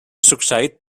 succeït